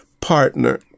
partner